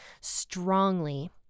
strongly